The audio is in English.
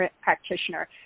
practitioner